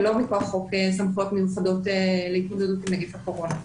ולא מכוח חוק סמכויות מיוחדות להתמודדות עם נגיף הקורונה.